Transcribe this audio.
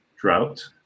drought